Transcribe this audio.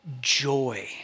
joy